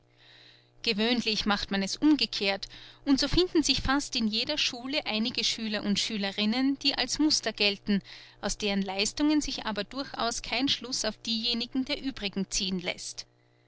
gewöhnlich macht man es umgekehrt und so finden sich fast in jeder schule einige schüler und schülerinnen die als muster gelten aus deren leistungen sich aber durchaus kein schluß auf diejenigen der uebrigen ziehen läßt